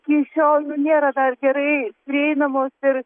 tiesiog nėra dar gerai prieinamos ir